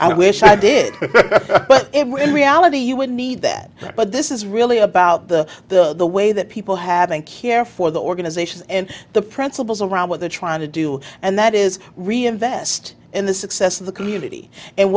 i wish i did but if we're in reality you would need that but this is really about the the way that people having care for the organization and the principles around what they're trying to do and that is reinvest in the success of the community and